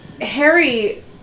Harry